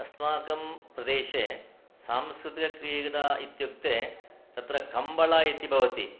अस्माकं प्रदेशे सांस्कृतिकक्रीडा इत्युक्ते तत्र खम्बला इति भवति